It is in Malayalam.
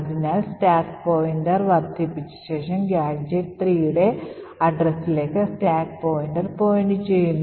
അതിനാൽ സ്റ്റാക്ക് പോയിന്റർ വർദ്ധിപ്പിച്ച ശേഷം ഗാഡ്ജെറ്റ് 3 ന്റെ address ലേക്ക് സ്റ്റാക്ക് പോയിന്റർ പോയിന്റു ചെയ്യുന്നു